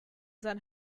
sein